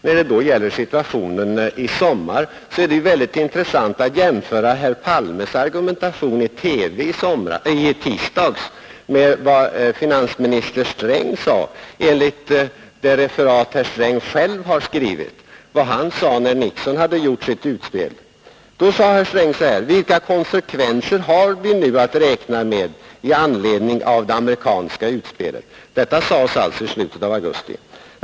Vad beträffar den situation som uppstod i somras tycker jag det är intressant att jämföra herr Palmes argumentation i TV i tisdags med vad finansminister Sträng sade i augusti — enligt TT:s referat — när president Nixon hade gjort sitt utspel. Då sade herr Sträng: ”Vilka konsekvenser har vi nu att räkna med i anledning av det amerikanska utspelet?